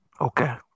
Okay